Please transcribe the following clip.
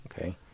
okay